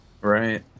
Right